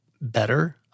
better